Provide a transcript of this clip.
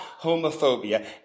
homophobia